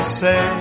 say